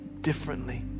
differently